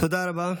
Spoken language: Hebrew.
תודה רבה.